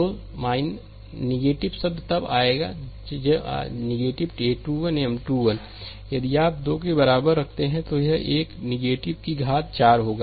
तो शब्द तब आएगा a 21 M 21 यदि आप2 के बराबर रखते हैं तो यह 1की घात 4 होगा